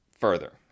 further